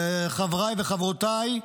חבריי וחברותיי,